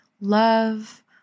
love